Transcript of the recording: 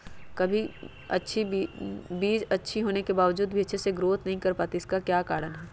कभी बीज अच्छी होने के बावजूद भी अच्छे से नहीं ग्रोथ कर पाती इसका क्या कारण है?